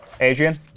Adrian